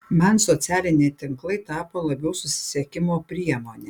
man socialiniai tinklai tapo labiau susisiekimo priemone